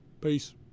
Peace